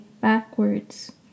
backwards